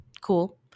Cool